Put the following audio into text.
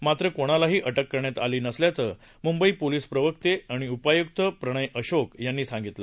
मात्र कोणालाही अटक करण्यात आली नसल्याचं म्ंबई पोलीस प्रवक्ते आणि उपाय्क्त प्रणय अशोक यांनी सांगितलं